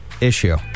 issue